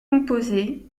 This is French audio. composée